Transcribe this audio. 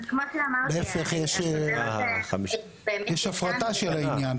--- להיפך, יש הפרטה של העניין.